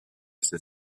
ces